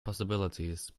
possibilities